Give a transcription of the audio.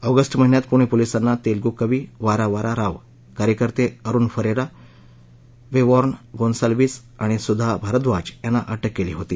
August महिन्यात पुणे पोलिसांना तेलगु कवी वारा वारा राव कार्यकर्ते अरुण फरेरा वेर्नान गोन्सालवीस आणि सुधा भारद्वाज यांना अटक केली होती